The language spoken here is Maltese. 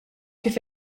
kif